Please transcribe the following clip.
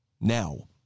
now